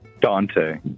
Dante